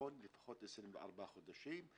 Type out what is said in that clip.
הביטחון לפחות 24 חודשים.